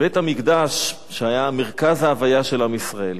בית-המקדש, שהיה מרכז ההוויה של עם ישראל,